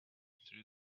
through